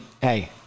hey